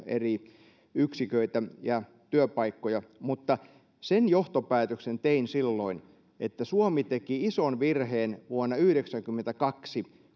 eri yksiköitä ja työpaikkoja mutta sen johtopäätöksen tein silloin että suomi teki ison virheen vuonna yhdeksänkymmentäkaksi